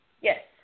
Yes